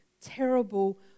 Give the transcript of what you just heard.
terrible